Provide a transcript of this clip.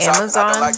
Amazon